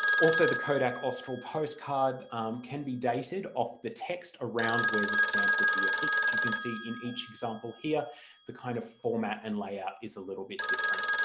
also the kodak austral postcard can be dated off the text around where the stamp would be affixed. you can see in each example here the kind of format and layout is a little bit different.